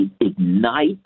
ignite